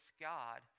God